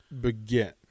begin